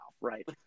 Right